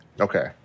okay